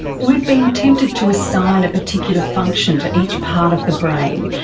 we've been tempted to assign a particular function to each part of the brain,